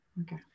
Okay